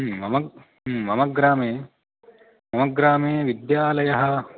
मम मम ग्रामे मम ग्रामे विद्यालयः